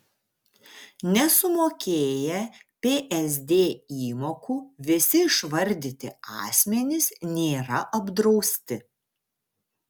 nesumokėję psd įmokų visi išvardyti asmenys nėra apdrausti